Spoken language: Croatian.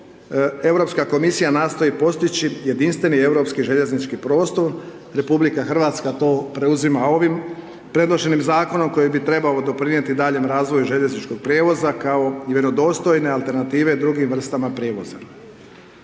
Europska komisija nastoji postići jedinstveni europski željeznički prostor. RH to preuzima ovim predloženim zakonom koji bi trebao doprinijeti daljnjem razvoju željezničkog prijevoza kao i vjerodostojne alternative drugim vrstama prijevoza.